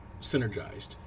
synergized